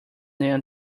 than